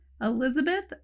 elizabeth